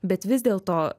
bet vis dėlto